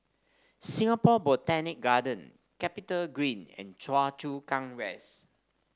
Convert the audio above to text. Singapore Botanic Garden CapitaGreen and Choa Chu Kang West